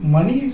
Money